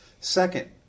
Second